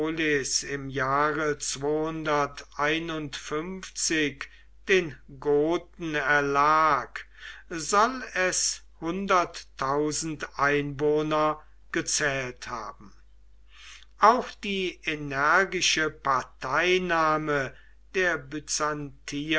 im jahre den goten erlag soll es hunderttausend einwohner gezählt haben auch die energische parteinahme der